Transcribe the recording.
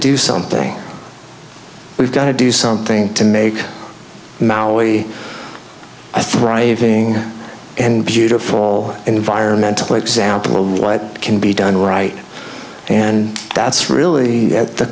do something we've got to do something to make molly i thriving and beautiful environmental example right can be done right and that's really at the